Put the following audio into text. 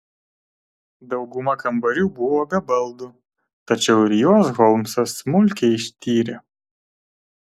dauguma kambarių buvo be baldų tačiau ir juos holmsas smulkiai ištyrė